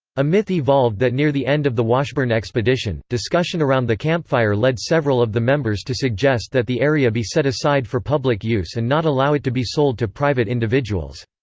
a myth evolved that near the end of the washburn expedition, discussion around the campfire led several of the members to suggest that the area be set aside for public use and not allow it to be sold to private individuals.